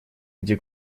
где